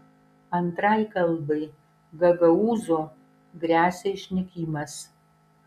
antrai kalbai gagaūzų gresia išnykimas